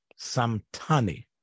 Samtani